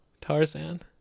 tarzan